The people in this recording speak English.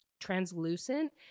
translucent